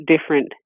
different